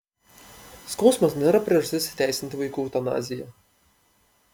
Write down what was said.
skausmas nėra priežastis įteisinti vaikų eutanaziją